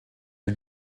are